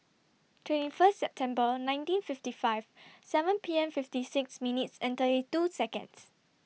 twenty First September nineteen fifty five seven P M fifty six minutes thirty two Seconds